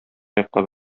йоклап